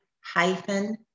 hyphen